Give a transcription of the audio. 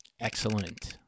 Excellent